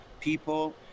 people